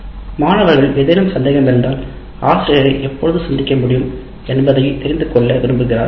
மாணவர்கள் ஏதேனும் சந்தேகம் இருந்தால் ஆசிரியரை எப்போது சந்திக்க முடியும் என்பதைக் தெரிந்துகொள்ள விரும்புகிறார்கள்